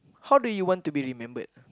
how do you want to be remembered